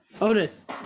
Otis